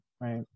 right